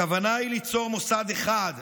הכוונה היא ליצור מוסד אחד חזק,